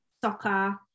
soccer